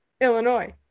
Illinois